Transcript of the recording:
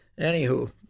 Anywho